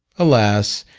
alas,